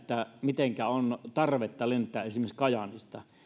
mitenkä on tarvetta lentää esimerkiksi kajaanista